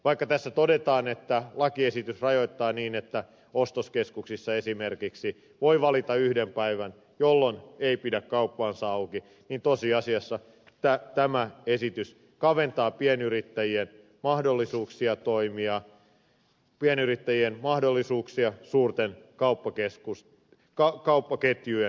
vaikka tässä todetaan että lakiesitys rajoittaa niin että ostoskeskuksissa esimerkiksi voi valita yhden päivän jolloin ei pidä kauppaansa auki niin tosiasiassa tämä esitys kaventaa pienyrittä jien mahdollisuuksia toimia suurten kauppaketjujen saadessa edun